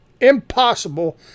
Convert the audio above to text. impossible